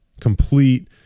complete